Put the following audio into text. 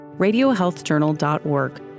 RadioHealthJournal.org